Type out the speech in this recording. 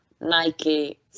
Nike